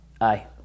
Aye